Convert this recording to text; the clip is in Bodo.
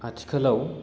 आथिखालाव